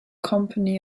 company